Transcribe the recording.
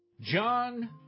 John